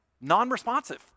non-responsive